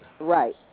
Right